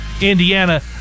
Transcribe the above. Indiana